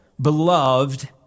beloved